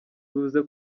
bivuze